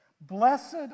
Blessed